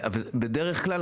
בדרך כלל,